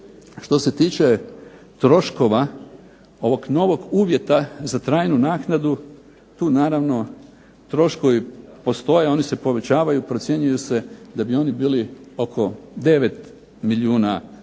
Što se tiče troškova ovog novog uvjeta za trajnu naknadu, tu naravno troškovi postoje, oni se povećavaju. Procjenjuje se da bi oni bili oko 9 milijuna